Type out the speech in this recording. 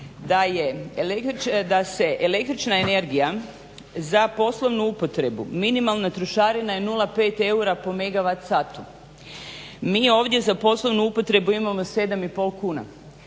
da se električna energija za poslovnu upotrebu minimalna trošarina je 0,5 eura po megawat satu. Mi ovdje za poslovnu upotrebu imamo 7 i